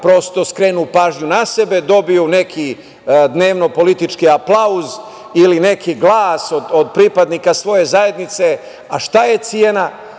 prosto skrenu pažnju na sebe, dobiju neki dnevno politički aplauz ili neki glas od pripadnika svoje zajednice. A šta je cena?